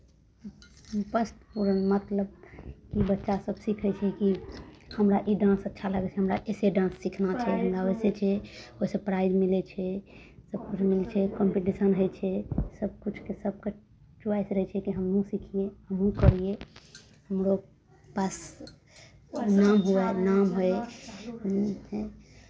बच्चासभ सीखै छै कि हमरा ई डान्स अच्छा लागै छै हमरा अइसे डान्स सीखना छै हमरा ओइसे छै ओइसे प्राइज मिलै छै सभकिछु मिलै छै कम्पीटिशन होइ छै सभ किछके सभके चुवाइस रहै छै कि हमहूँ सिखियै हमहूँ करियै हमरो पास नाम हुए नाम हुए